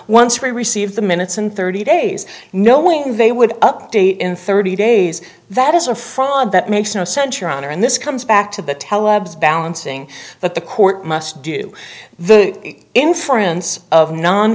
once we receive the minutes and thirty days knowing they would update in thirty days that is a fraud that makes no sense your honor and this comes back to the tell abs balancing that the court must do the inference of non